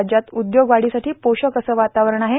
राज्यात उद्योग वाढीसाठी पोषक असे वातावरण आहे